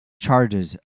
charges